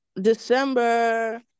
December